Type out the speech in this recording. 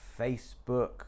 Facebook